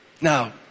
Now